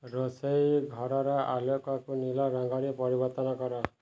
ରୋଷେଇ ଘରର ଆଲୋକକୁ ନୀଳ ରଙ୍ଗରେ ପରିବର୍ତ୍ତନ କର